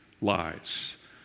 lies